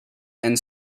and